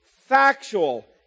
factual